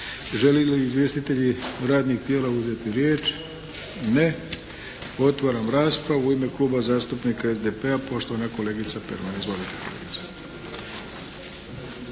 Žele li izvjestitelji radnih tijela uzeti riječ? Ne. Otvaram raspravu. U ime kluba zastupnika SDP-a, poštovana kolegica Perman. Izvolite kolegice.